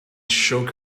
shook